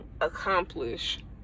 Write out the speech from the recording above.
accomplish